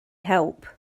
help